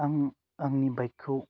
आं आंनि बाइकखौ